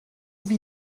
wie